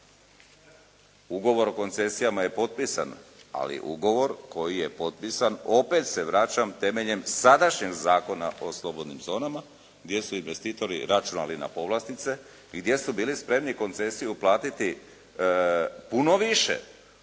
Ugovor o koncesijama je potpisan, ali ugovor koji je potpisan, opet se vraćam temeljem sadašnjeg Zakona o slobodnim zonama gdje su investitori računali na povlastice i gdje su bili spremni koncesiju platiti puno više